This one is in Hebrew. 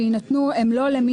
שזה יחול על מי